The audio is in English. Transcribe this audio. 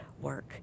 work